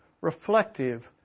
reflective